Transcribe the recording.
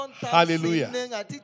Hallelujah